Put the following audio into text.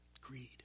greed